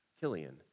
Killian